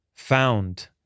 found